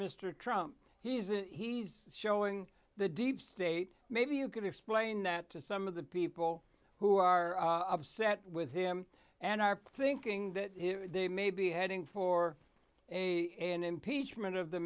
mr trump he's and he's showing the deep state maybe you can explain that to some of the people who are upset with him and are thinking that they may be heading for a an impeachment of the